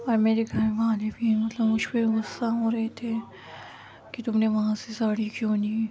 اور میرے گھر والے بھی مطلب مجھ پہ غصہ ہو رہے تھے کہ تم نے وہاں سے ساڑی کیوں لی